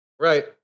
Right